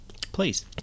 Please